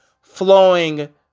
flowing